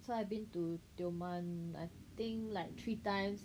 so I've been to Tioman I think like three times